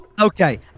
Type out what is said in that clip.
Okay